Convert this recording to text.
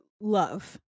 love